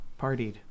partied